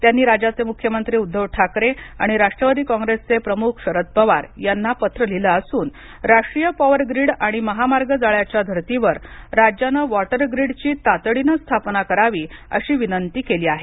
त्यांनी राज्याचे मुख्यमंत्री उद्दव ठाकरे आणि राष्ट्रवादी कॉंग्रेसचे प्रमुख शरद पवार यांना पत्रही लिहिलं असून राष्ट्रीय पॉवर ग्रीड आणि महामार्ग जाळ्याच्या धर्तीवर राज्यानं वॉटर ग्रीडची तातडीन स्थापना करावी अशी विनंती त्यांनी केली आहे